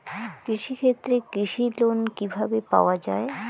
কৃষি ক্ষেত্রে কৃষি লোন কিভাবে পাওয়া য়ায়?